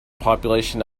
population